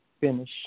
Finish